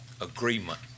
agreement